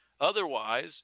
Otherwise